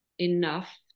enough